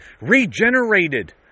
regenerated